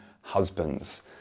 husbands